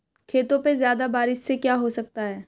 खेतों पे ज्यादा बारिश से क्या हो सकता है?